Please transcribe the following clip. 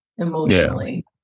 emotionally